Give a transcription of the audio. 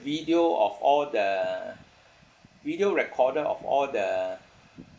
video of all the video recorder of all the